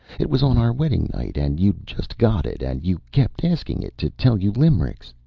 it was on our wedding night, and you'd just got it, and you kept asking it to tell you limericks.